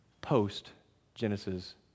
post-Genesis